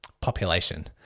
population